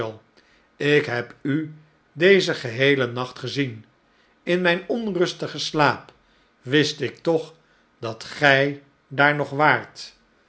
ik heb u dezen geheelen nacht gezien in mijn onrustigen slaap wist ik toch dat gij daar nog waart